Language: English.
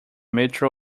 metro